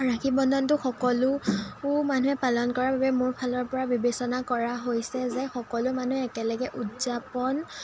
ৰাখি বন্ধনটো সকলো মানুহে পালন কৰাৰ বাবে মোৰ ফালৰ পৰা বিবেচনা কৰা হৈছে যে সকলো মানুহে একেলগে উদযাপন